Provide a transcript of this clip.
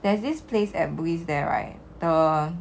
there's this place at bugis there right the